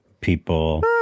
people